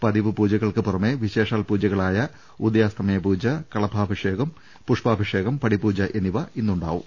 പതിവ് പൂജകൾക്ക് പുറമെ വിശേഷാൽ പൂജകളായ ഉദയാ സ്തമന പൂജ കളഭാഭിഷേകം പുഷ്പാഭിഷേകം പടിപൂജ എന്നിവയും ഇന്ന് ഉണ്ടാകും